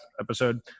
episode